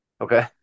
Okay